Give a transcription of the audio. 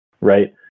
right